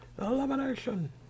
Elimination